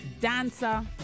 dancer